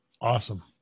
awesome